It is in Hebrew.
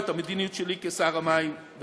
או את המדיניות שלי כשר המים והאנרגיה.